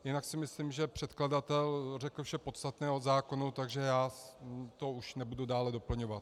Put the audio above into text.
Jinak si myslím, že předkladatel řekl vše podstatné o zákonu, takže já to už nebudu dále doplňovat.